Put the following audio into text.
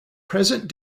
present